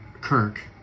Kirk